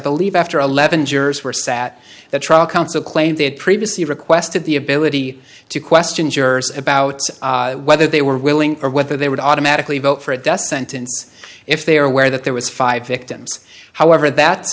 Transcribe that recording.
believe after eleven jurors were sat the trial counsel claimed they had previously requested the ability to question jurors about whether they were willing or whether they would automatically vote for a death sentence if they are aware that there was five victims however that